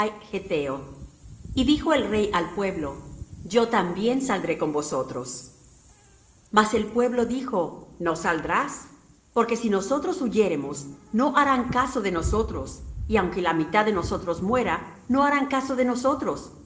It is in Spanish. y dijo el rey al pueblo yo también saldré con vosotros mas el pueblo dijo no saldrás porque si nosotros huyéremos no harán caso de nosotros y aunque la mitad de nosotros muera no harán caso de nosotros